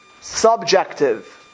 subjective